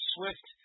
Swift